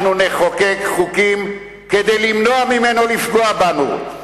אנחנו נחוקק חוקים כדי למנוע ממנו לפגוע בנו,